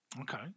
Okay